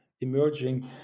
emerging